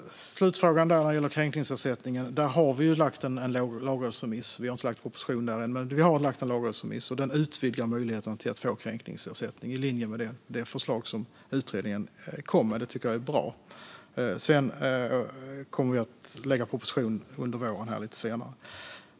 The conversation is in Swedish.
Fru talman! När det gäller frågan om kränkningsersättningen har vi lagt en lagrådsremiss, där vi utvidgar möjligheten att få kränkningsersättning i linje med det förslag som utredningen kom med. Det tycker jag är bra. Lite senare under våren kommer vi att lägga fram en proposition.